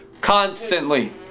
constantly